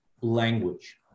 language